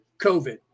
COVID